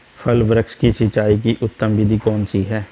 फल वृक्ष की सिंचाई की उत्तम विधि कौन सी है?